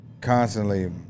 constantly